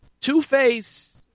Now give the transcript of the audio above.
Two-Face